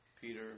Peter